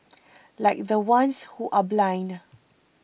like the ones who are blind